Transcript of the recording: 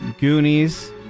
Goonies